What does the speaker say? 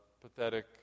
pathetic